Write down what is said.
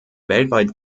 weltweit